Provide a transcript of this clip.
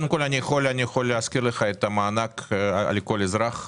אני יכול להזכיר לך את המענק לכל אזרח,